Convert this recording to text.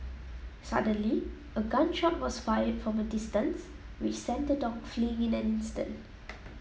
suddenly a gun shot was fired from a distance which sent the dog fleeing in an instant